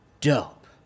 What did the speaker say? dope